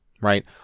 right